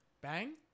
Bang